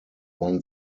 one